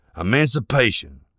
Emancipation